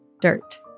Dirt